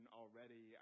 already